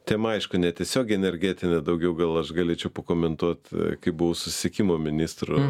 tema aišku ne tiesiog energetinė daugiau gal aš galėčiau pakomentuot kai buvau susisiekimo ministru